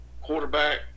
quarterback